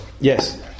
yes